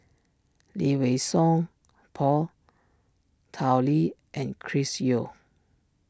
Lee Wei Song Paul Tao Li and Chris Yeo